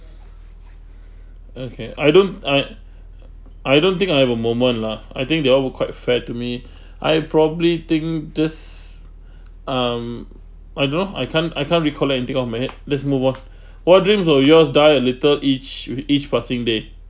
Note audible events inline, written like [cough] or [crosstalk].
okay I don't I I don't think I have a moment lah I think they all were quite fair to me [breath] I probably think this um I don't know I can't I can't recall it and think of many let's move on [breath] what dreams of yours die a little each with each passing day